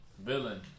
Villain